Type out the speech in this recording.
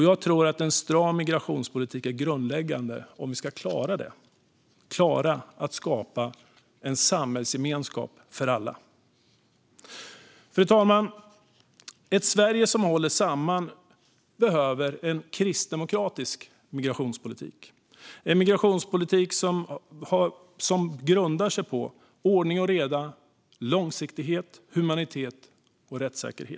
Jag tror att en stram migrationspolitik är grundläggande för att vi ska klara det - klara att skapa en samhällsgemenskap för alla. Fru talman! Ett Sverige som håller samman behöver en kristdemokratisk migrationspolitik. Det är en migrationspolitik som grundar sig på ordning och reda, långsiktighet, humanitet och rättssäkerhet.